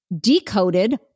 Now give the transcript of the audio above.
decoded